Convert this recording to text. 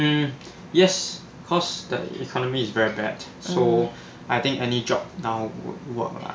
mmhmm yes because the economy is very bad so I think any job now would work lah